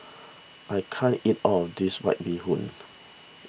I can't eat all of this White Bee Hoon